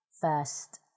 first